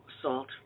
assault